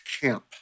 camp